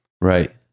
right